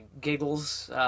giggles